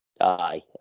Aye